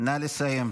נא לסיים.